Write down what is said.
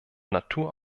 natur